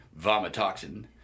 Vomitoxin